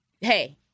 hey